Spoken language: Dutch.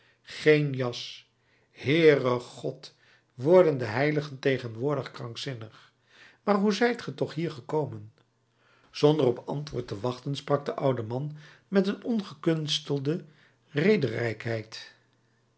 geen jas heere god worden de heiligen tegenwoordig krankzinnig maar hoe zijt ge toch hier gekomen zonder op antwoord te wachten sprak de oude man met een